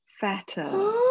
fatter